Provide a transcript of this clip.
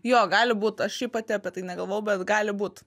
jo gali būt aš šiaip pati apie tai negalvojau bet gali būt